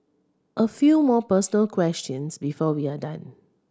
a few more personal questions before we are done